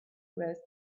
rest